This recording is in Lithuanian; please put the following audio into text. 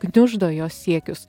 gniuždo jo siekius